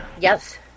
Yes